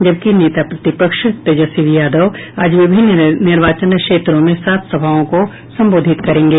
जबकि नेता प्रतिपक्ष तेजस्वी यादव आज विभिन्न निर्वाचन क्षेत्रों में सात सभाओं को संबोधित करेंगे